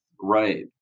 Right